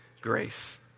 grace